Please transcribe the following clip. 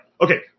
okay